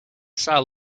saw